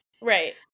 Right